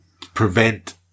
prevent